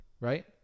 right